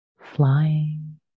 flying